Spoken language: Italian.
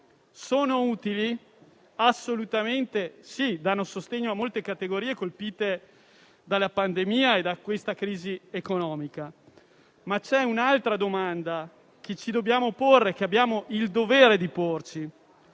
sono utili, perché danno sostegno a molte categorie colpite dalla pandemia e dalla crisi economica. Vi è però un'altra domanda che ci dobbiamo porre e che abbiamo il dovere di porci: